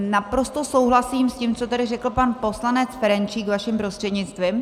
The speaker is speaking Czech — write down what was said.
Naprosto souhlasím s tím, co tady řekl pan poslanec Ferjenčík vaším prostřednictvím.